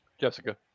jessica